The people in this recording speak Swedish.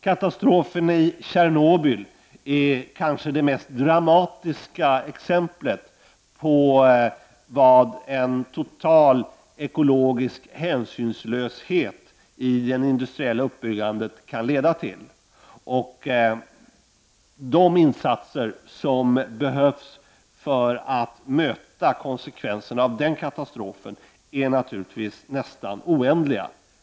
Katastrofen i Tjernobyl är kanske det mest dramatiska exemplet på vad en total ekologisk hänsynslöshet i den industriella uppbyggnaden kan leda till. De insatser som behövs för att möta konsekvenserna av den katastrofen är naturligtvis nästan oändliga.